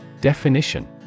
Definition